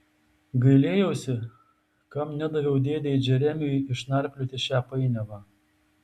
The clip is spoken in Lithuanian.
gailėjausi kam nedaviau dėdei džeremiui išnarplioti šią painiavą